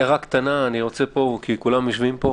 הערה קטנה, כי כולם יושבים פה.